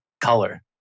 color